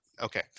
Okay